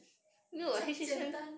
这样简单